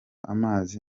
amazi